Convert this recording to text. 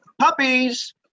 Puppies